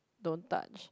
don't touch